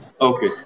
Okay